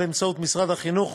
באמצעות משרד החינוך,